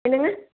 என்னங்க